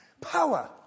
power